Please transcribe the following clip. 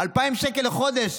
2,000 שקל לחודש,